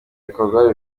bikorwa